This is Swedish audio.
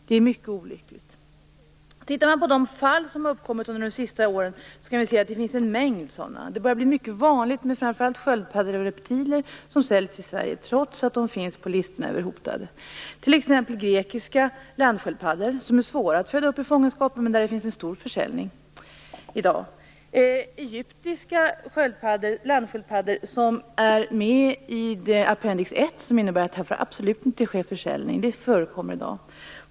Det är mycket olyckligt. En mängd fall har uppkommit under de sista åren. Det börjar bli mycket vanligt att framför allt sköldpaddor och reptiler säljs i Sverige trots att de finns på listorna över hotade arter, t.ex. grekiska landsköldpaddor som är svåra att föda upp i fångenskap men där det finns en stor försäljning i dag och egyptiska landsköldpaddor som är med i Appendix 1 vilket innebär att försäljning absolut inte får ske.